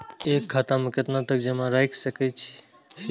एक खाता में केतना तक जमा राईख सके छिए?